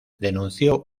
denunció